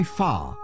far